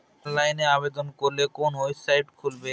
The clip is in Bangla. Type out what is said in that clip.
অনলাইনে আবেদন করলে কোন ওয়েবসাইট খুলব?